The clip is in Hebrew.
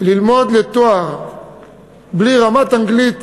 ללמוד לתואר בלי רמת אנגלית